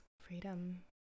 Freedom